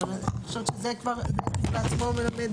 אני חושבת שזה כבר כשלעצמו מלמד